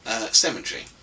cemetery